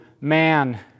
man